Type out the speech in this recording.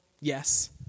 yes